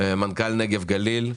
מנכ"ל הנגב והגליל.